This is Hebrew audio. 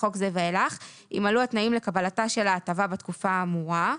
חוק זה ואילך אם מלאו התנאים לקבלתה של ההטבה בתקופה האמורה,